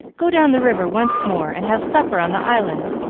go down the river once more and have supper on the island.